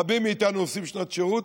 רבים מאיתנו עושים שנת שירות,